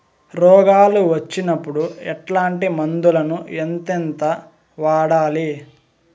రోగాలు వచ్చినప్పుడు ఎట్లాంటి మందులను ఎంతెంత వాడాలి?